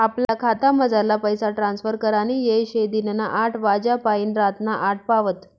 आपला खातामझारला पैसा ट्रांसफर करानी येय शे दिनना आठ वाज्यापायीन रातना आठ पावत